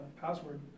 password